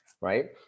right